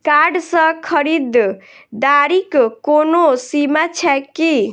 Card सँ खरीददारीक कोनो सीमा छैक की?